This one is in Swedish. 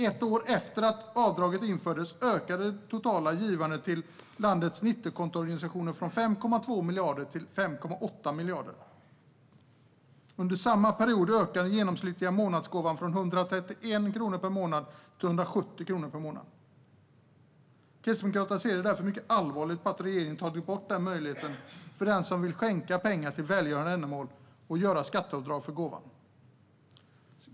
Ett år efter att avdraget infördes ökade det totala givandet till landets 90-kontoorganisationer från 5,2 till 5,8 miljarder kronor. Under samma period ökade den genomsnittliga månadsgåvan från 131 kronor per månad till 170 kronor per månad. Kristdemokraterna ser därför mycket allvarligt på att regeringen tagit bort möjligheten för den som skänker pengar till välgörande ändamål att göra skatteavdrag för gåvan.